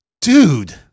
Dude